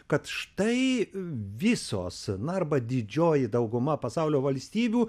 kad štai visos na arba didžioji dauguma pasaulio valstybių